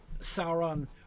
Sauron